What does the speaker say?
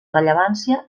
rellevància